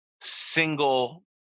single